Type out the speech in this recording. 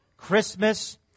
Christmas